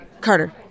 Carter